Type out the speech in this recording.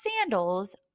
sandals